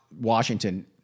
Washington